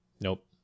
Nope